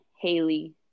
Haley